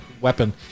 weapon